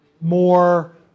more